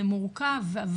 זה מורכב,